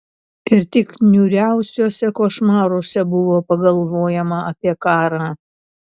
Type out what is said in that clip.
ir tik niūriausiuose košmaruose buvo pagalvojama apie karą